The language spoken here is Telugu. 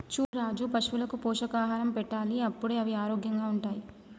చూడు రాజు పశువులకు పోషకాహారం పెట్టాలి అప్పుడే అవి ఆరోగ్యంగా ఉంటాయి